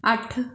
ਅੱਠ